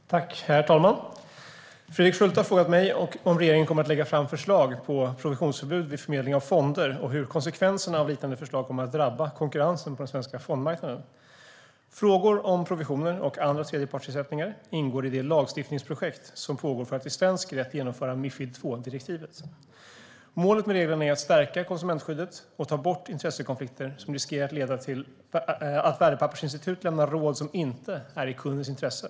Svar på interpellationer Herr talman! Fredrik Schulte har frågat mig om regeringen kommer att lägga fram förslag på provisionsförbud vid förmedling av fonder och hur konsekvenserna av liknande förslag kommer att drabba konkurrensen på den svenska fondmarknaden. Frågor om provisioner och andra tredjepartsersättningar ingår i det lagstiftningsprojekt som pågår för att i svensk rätt genomföra Mifid II-direktivet. Målet med reglerna är att stärka konsumentskyddet och ta bort intressekonflikter som riskerar att leda till att värdepappersinstitut lämnar råd som inte är i kundens intresse.